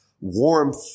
warmth